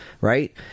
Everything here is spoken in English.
right